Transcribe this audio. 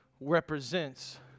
represents